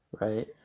right